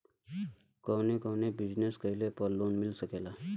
कवने कवने बिजनेस कइले पर लोन मिल सकेला?